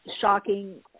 shocking